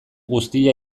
guztia